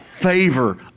Favor